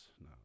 No